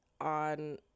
on